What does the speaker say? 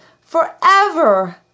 forever